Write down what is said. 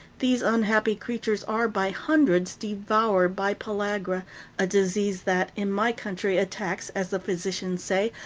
these unhappy creatures are, by hundreds, devoured by pellagra a disease that, in my country, attacks, as the physicians say,